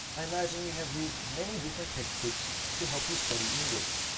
i imagine you have used many different textbooks to help you study english,